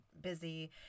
busy